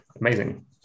amazing